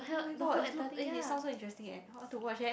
oh-my-god it's look it is sound so interesting leh I want to watch leh